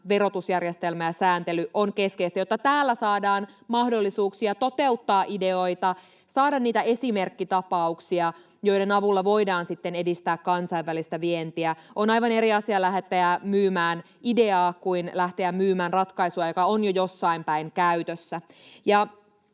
verotusjärjestelmä ja sääntely ovat keskeisiä, jotta täällä saadaan mahdollisuuksia toteuttaa ideoita, saadaan niitä esimerkkitapauksia, joiden avulla voidaan sitten edistää kansainvälistä vientiä. On aivan eri asia lähteä myymään ideaa kuin lähteä myymään ratkaisua, joka on jo jossain päin käytössä.